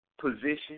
position